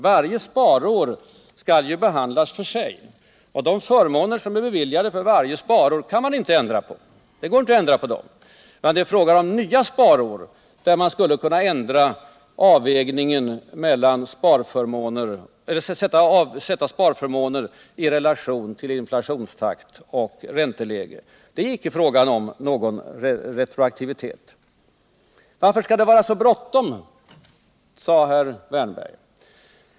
Varje sparår skall behandlas för sig. De förmåner som blir beviljade för varje sparår kan man inte ändra på. Det är fråga om nya sparår där man skulle kunna sätta ändrade sparförmåner i relation till inflationstakt och ränteläge. Det är icke fråga om någon retroaktivitet. ”Varför skall det vara så bråttom”, sade herr Wärnberg.